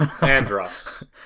Andros